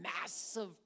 massive